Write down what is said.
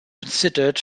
considered